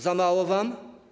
Za mało wam?